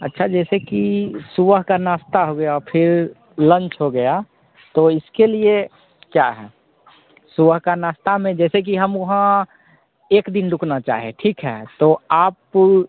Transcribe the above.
अच्छा जैसे कि सुबह का नाश्ता हो गया फिर लंच हो गया तो इसके लिए क्या है सुबह का नाश्ता मैं जैसे कि हम वहाँ एक दिन रुकना चाहें ठीक है तो आप